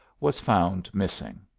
was found missing.